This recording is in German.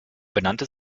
benannte